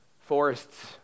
forests